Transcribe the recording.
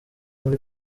muri